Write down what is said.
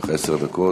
יש לך עשר דקות.